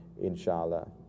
inshallah